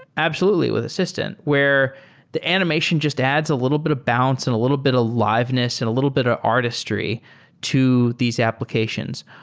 absolutely with assistant, where the animation just adds a little bit of bounce and a little bit of like liveness and a little bit of artistry to these applications.